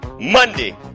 Monday